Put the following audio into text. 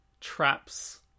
traps